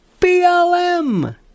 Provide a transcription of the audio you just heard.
BLM